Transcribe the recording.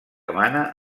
emana